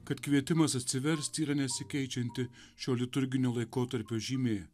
kad kvietimas atsiversti yra nesikeičianti šio liturginio laikotarpio žymė